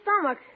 stomach